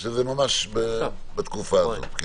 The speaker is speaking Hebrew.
זה ממש בתקופה הזו.